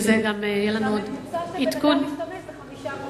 כי הממוצע שבן-אדם משתמש זה 5 קוב,